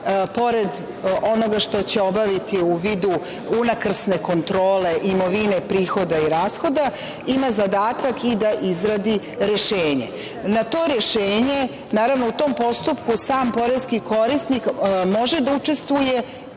pored onoga što će obaviti u vidu unakrsne kontrole imovine prihoda i rashoda ima zadatak i da izradi rešenje. Na to rešenje, naravno, u tom postupku, sam poreski korisnik može da učestvuje